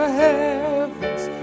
heavens